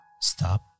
stop